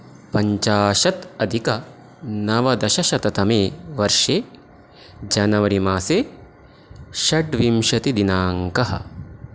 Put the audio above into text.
पञ्चाशत् अधिक नवदशशततमे वर्षे जनवरि मासे षड्विंशतिदिनाङ्कः